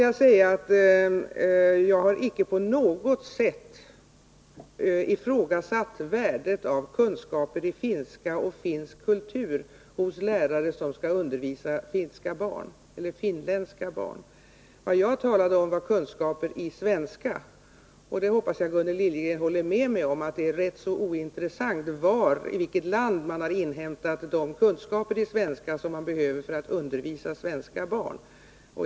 Jag har icke på något sätt ifrågasatt värdet av kunskaper i finska och finsk kultur hos lärare som skall undervisa finska barn. Vad jag talade om gällde kunskaper i svenska. Jag hoppas att Gunnel Liljegren håller med mig om att det är ganska ointressant att diskutera i vilket land man har inhämtat de kunskaper i svenska som behövs för att undervisa svenska barn.